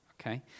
Okay